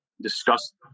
discuss